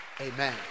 Amen